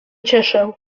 cieszę